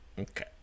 Okay